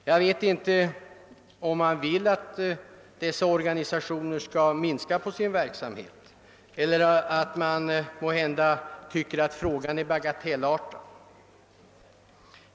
Jag vet inte om man vill att dessa organisationer skall minska sin verksamhet eller om man tycker att frågan är bagatellartad.